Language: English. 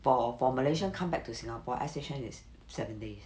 for for malaysian come back to singapore S_H_N is seven days